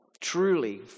truly